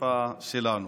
בשפה שלנו.